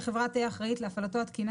החברה תהיה אחראית להפעלתו התקינה